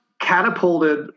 catapulted